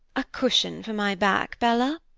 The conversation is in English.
a cushion for my back, bella.